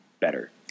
better